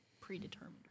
predetermined